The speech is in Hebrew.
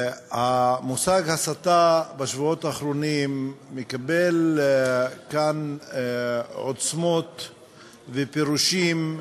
המושג הסתה בשבועות האחרונים מקבל כאן עוצמות ופירושים,